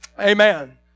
amen